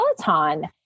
Peloton